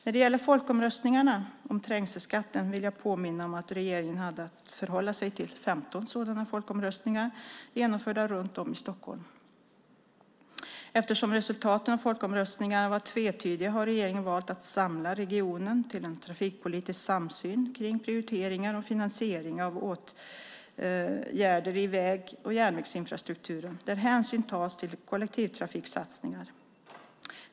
När det gäller folkomröstningarna om trängelskatten vill jag påminna om att regeringen hade att förhålla sig till 15 sådana folkomröstningar, genomförda runt om i Stockholms län. Eftersom resultaten av folkomröstningarna var tvetydiga har regeringen valt att samla regionen till en trafikpolitisk samsyn kring prioriteringar och finansiering av åtgärder i väg och järnvägsinfrastrukturen där hänsyn tas till kollektivtrafiksatsningar.